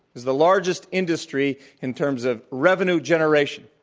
the largest industry in terms of revenue generation.